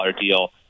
deal